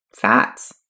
Fats